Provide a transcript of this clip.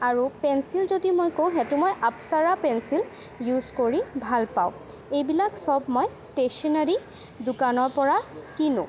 আৰু পেঞ্চিল যদি মই কওঁ সেইটো মই আপ্চাৰা পেঞ্চিল ইউজ কৰি ভাল পাওঁ এইবিলাক চব মই ষ্টেচনাৰী দোকানৰপৰা কিনোঁ